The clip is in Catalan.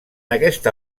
aquesta